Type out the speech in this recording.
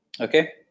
Okay